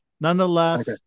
Nonetheless